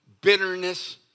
bitterness